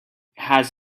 has